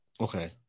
Okay